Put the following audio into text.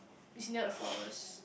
it's near the forest